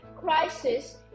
crisis